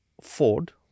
Ford